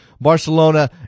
Barcelona